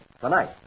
tonight